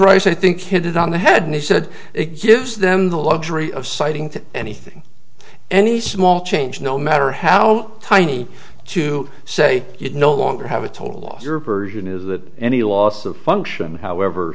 rice i think hit it on the head he said it gives them the luxury of citing to anything any small change no matter how tiny to say it no longer have a total loss your version is that any loss of function however